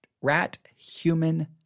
rat-human